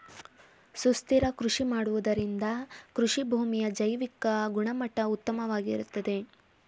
ಸುಸ್ಥಿರ ಕೃಷಿ ಮಾಡುವುದರಿಂದ ಕೃಷಿಭೂಮಿಯ ಜೈವಿಕ ಗುಣಮಟ್ಟ ಉತ್ತಮವಾಗಿರುತ್ತದೆ